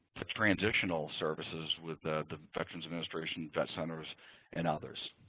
transitional services with the veterans administration, vet centers and others.